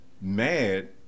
mad